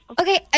Okay